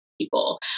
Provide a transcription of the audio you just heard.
people